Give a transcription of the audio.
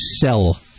sell